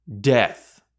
Death